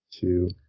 two